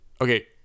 Okay